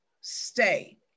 stay